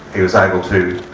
he was able to